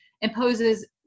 imposes